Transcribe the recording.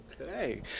Okay